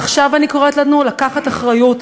עכשיו אני קוראת לנו לקחת אחריות,